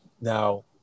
Now